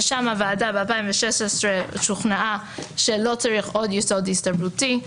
שם הוועדה ב-2016 שוכנעה שלא צריך עוד יסוד הסתברותי,